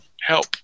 help